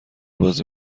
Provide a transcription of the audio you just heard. بازی